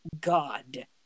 god